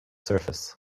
surface